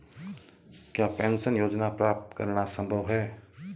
क्या पेंशन योजना प्राप्त करना संभव है?